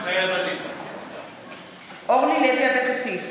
מתחייב אני אורלי לוי אבקסיס,